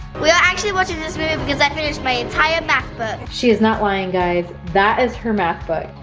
we are actually watching this movie because i finished my entire math book. she is not lying guys, that is her math book,